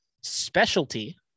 specialty